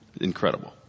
Incredible